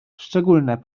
szczególne